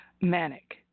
manic